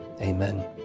Amen